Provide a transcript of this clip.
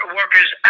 workers